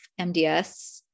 MDS